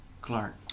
Clark